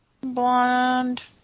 blonde